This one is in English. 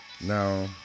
Now